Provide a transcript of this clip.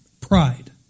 Pride